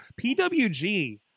PWG